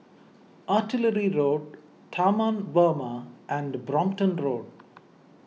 Artillery Road Taman Warna and Brompton Road